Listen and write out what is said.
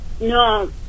No